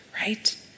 right